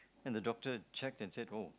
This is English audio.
and the doctor checked and said oh